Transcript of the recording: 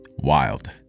Wild